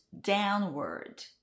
Downward